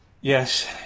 Yes